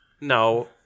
No